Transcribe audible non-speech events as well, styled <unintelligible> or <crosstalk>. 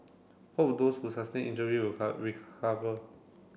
hope those who sustained injury will <unintelligible> recover